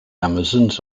amazons